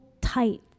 tight